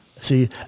See